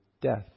death